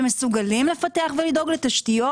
שמסוגלות לפתח ולדאוג לתשתיות,